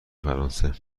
فرانسه